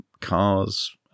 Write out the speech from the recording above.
Cars